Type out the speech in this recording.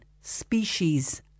species